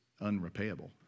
unrepayable